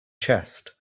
chest